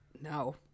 no